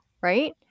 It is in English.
right